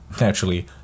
naturally